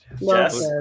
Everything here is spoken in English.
yes